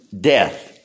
death